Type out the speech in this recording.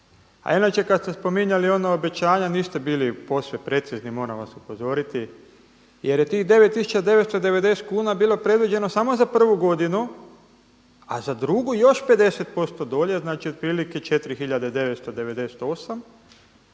A inače kada ste spominjali ona obećanja niste bili posve precizni moram vas upozoriti jer je tih 9.990 kuna bilo predviđeno samo za prvu godinu, a za drugu još 50% dolje znači otprilike 4.998 pa